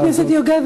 חבר הכנסת יוגב,